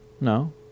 no